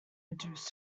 reduced